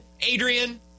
Adrian